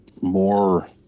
more